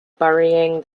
burying